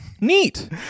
neat